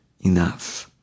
enough